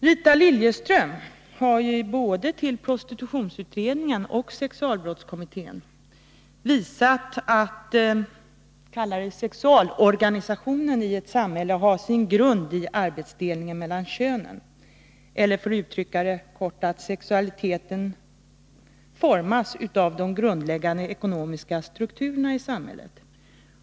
Rita Liljeström har för både prostitutionsutredningen och sexualbrottskommittén visat att den s.k. sexualorganisationen i ett samhälle har sin grund i arbetsdelningen mellan könen, eller för att uttrycka det kort: sexualiteten formas av de grundläggande ekonomiska strukturerna i samhället.